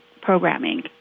programming